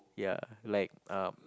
ya like uh